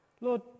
Lord